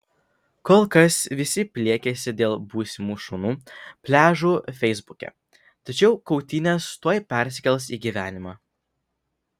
kol kas visi pliekiasi dėl būsimų šunų pliažų feisbuke tačiau kautynės tuoj persikels į gyvenimą